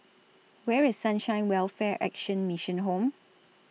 Where IS Sunshine Welfare Action Mission Home